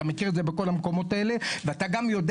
אתה מכיר את זה בכל המקומות האלה ואתה גם יודע